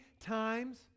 times